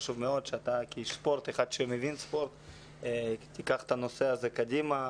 חשוב מאוד שאתה כאיש ספורט וכאחד שמבין ספורט תיקח את הנושא הזה קדימה.